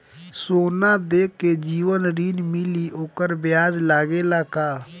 सोना देके जवन ऋण मिली वोकर ब्याज लगेला का?